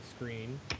screen